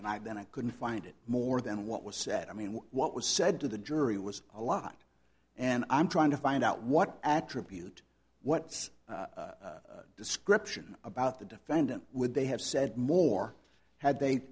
and i then i couldn't find it more than what was said i mean what what was said to the jury was a lot and i'm trying to find out what attribute what's description about the defendant would they have said more had they